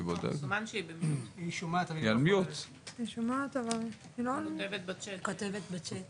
כתבי האישום הוגשו על אירועי 2016, 2017